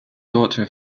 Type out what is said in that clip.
daughter